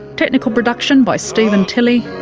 technical production by steven tilley,